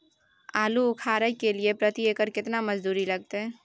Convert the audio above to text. आलू उखारय के लिये प्रति एकर केतना मजदूरी लागते?